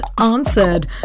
answered